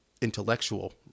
intellectual